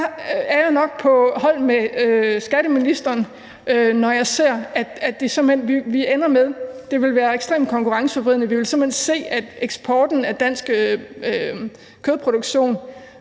er jeg nok på hold med skatteministeren, med hensyn til at det vil ende med at være ekstremt konkurrenceforvridende. Vi vil simpelt hen se, at eksporten af dansk kødproduktion